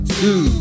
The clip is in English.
two